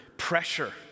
pressure